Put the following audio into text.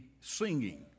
singing